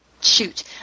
shoot